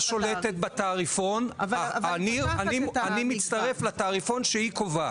הקופה שולטת בתעריפון ואני מצטרף לתעריפון שהיא קובעת.